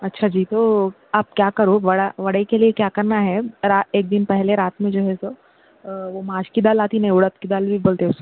اچھا جی تو آپ کیا کرو وڑا وڑے کے لیے کیا کرنا ہے وڑا ایک دن پہلے رات میں جو ہے وہ ماش کی دال آتی نا اڑد کی دال بھی بولتے اس کو